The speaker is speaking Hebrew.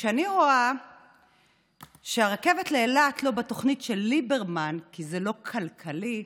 כשאני רואה שהרכבת לאילת לא בתוכנית של ליברמן כי זה לא כלכלי,